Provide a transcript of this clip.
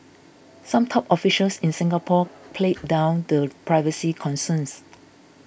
some top officials in Singapore played down the privacy concerns